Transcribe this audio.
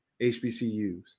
HBCUs